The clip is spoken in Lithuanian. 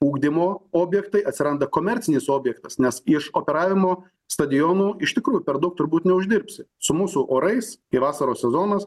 ugdymo objektai atsiranda komercinis objektas nes iš operavimo stadionų iš tikrųjų per daug turbūt neuždirbsi su mūsų orais ir vasaros sezonas